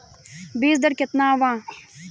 बीज दर केतना वा?